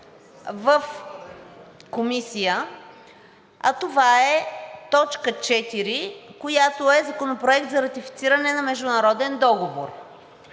в Комисията, а това е т. 4, която е Законопроект за ратифициране на международен договор.